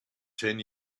ten